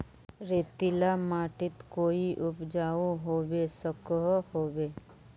रेतीला माटित कोई उपजाऊ होबे सकोहो होबे?